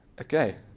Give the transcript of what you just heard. Okay